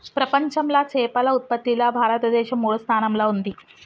ప్రపంచంలా చేపల ఉత్పత్తిలా భారతదేశం మూడో స్థానంలా ఉంది